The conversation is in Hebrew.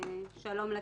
אמרת שלום לתיק,